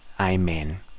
Amen